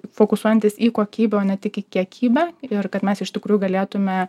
fokusuojantis į kokybę o ne tik į kiekybę ir kad mes iš tikrųjų galėtume